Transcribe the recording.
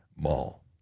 mall